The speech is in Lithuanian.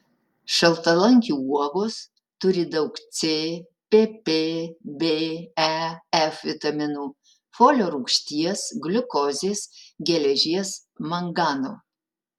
šaltalankių uogos turi daug c pp b e f vitaminų folio rūgšties gliukozės geležies mangano